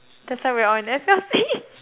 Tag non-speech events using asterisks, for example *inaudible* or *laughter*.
that's why we're all in S_L_C *laughs*